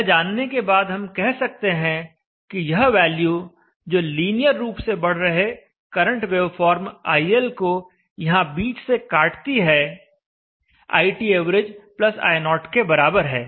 यह जानने के बाद हम कह सकते कि यह वैल्यू जो लीनियर रूप से बढ़ रहे करंट वेवफॉर्म iL को यहाँ बीच से काटती है iTav i0 के बराबर है